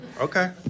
Okay